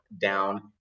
down